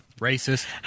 Racist